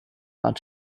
not